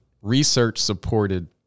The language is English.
research-supported